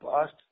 past